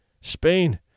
Spain